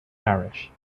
parish